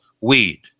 weed